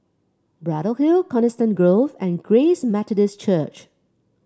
Braddell Hill Coniston Grove and Grace Methodist Church